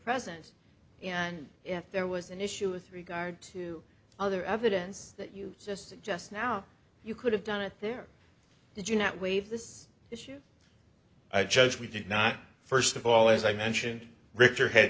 present and if there was an issue with regard to other evidence that you just just now you could have done it there did you not waive this issue i judge we did not first of all as i mentioned richter had